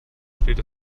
steht